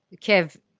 Kev